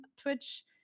Twitch